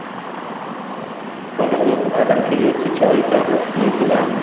फलों के उत्पादन के लिए सिंचाई का इंतजाम